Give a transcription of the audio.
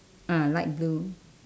ah light blue